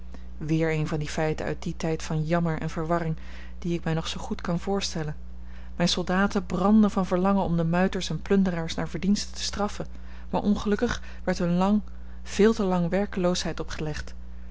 weer een van die feiten uit dien tijd van jammer en verwarring die ik mij nog zoo goed kan voorstellen mijne soldaten brandden van verlangen om de muiters en plunderaars naar verdienste te straffen maar ongelukkig werd hun lang veel te lang werkeloosheid opgelegd